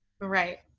Right